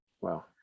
Wow